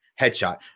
headshot